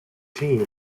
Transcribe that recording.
team